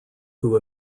who